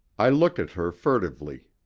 i looked at her furtively.